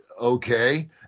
okay